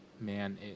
man